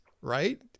right